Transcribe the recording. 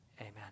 Amen